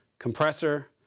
compressor,